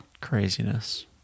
Craziness